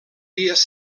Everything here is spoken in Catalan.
dies